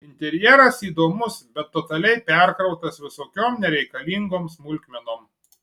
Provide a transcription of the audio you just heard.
interjeras įdomus bet totaliai perkrautas visokiom nereikalingom smulkmenom